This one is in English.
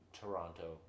Toronto